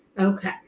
Okay